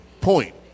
point